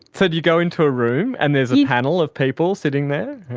so do you go into a room and there's a panel of people sitting there?